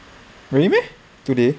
really meh today